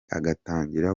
agatangira